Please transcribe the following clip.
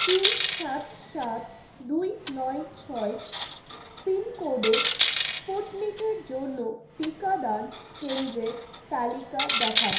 তিন সাত সাত দুই নয় ছয় পিন কোডে স্পুটনিকের জন্য টিকাদান কেন্দ্রের তালিকা দেখান